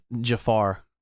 Jafar